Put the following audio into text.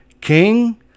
King